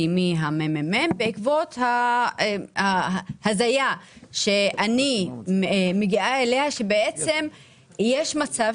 שביקשתי מהמ.מ.מ בעקבות ההזיה שאני מגיעה אליה שיש מצב